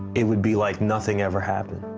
it would be like nothing ever happened.